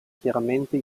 chiaramente